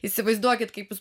įsivaizduokit kaip jūs